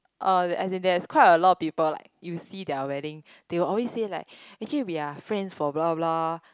uh as in there is a quite a lot of people like you see their wedding they will always say like actually we are friends for blah blah blah